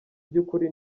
by’ukuri